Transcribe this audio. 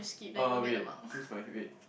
uh wait who's my wait